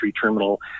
Terminal